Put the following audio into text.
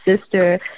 sister